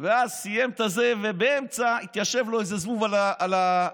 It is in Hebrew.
ואז סיים, ובאמצע התיישב לו איזה זבוב על האוזן.